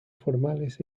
formales